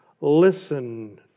listen